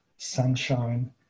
sunshine